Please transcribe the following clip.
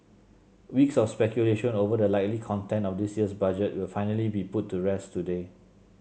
weeks of speculation over the likely content of this year's Budget will finally be put to rest today